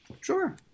Sure